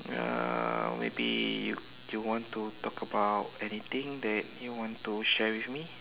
uh maybe you you want to talk about anything that you want to share with me